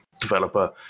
developer